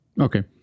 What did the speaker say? Okay